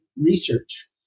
research